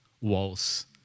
walls